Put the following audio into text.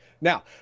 Now